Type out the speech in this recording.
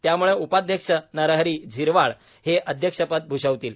त्याम्ळे उपाध्यक्ष नरहरी झिरवाळ हे अध्यक्षपद भ्षवतील